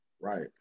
Right